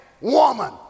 woman